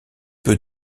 peu